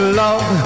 love